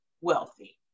wealthy